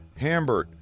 Hambert